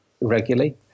regularly